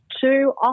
Two